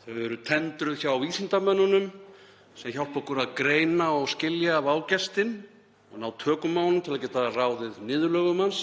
Þau eru tendruð hjá vísindamönnunum sem hjálpa okkur að greina og skilja vágestinn og ná tökum á honum til að geta ráðið niðurlögum hans,